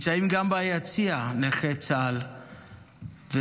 גם ביציע נמצאים נכי צה"ל ופצועים.